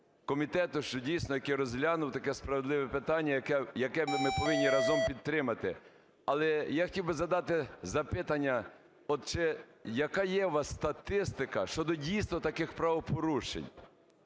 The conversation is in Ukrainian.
комітету, що, дійсно, який розглянув таке справедливе питання, яке ми повинні разом підтримати. Але я хотів би задати запитання. От чи… Яка є у вас статистика щодо дійсно таких правопорушень?